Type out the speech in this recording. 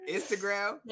Instagram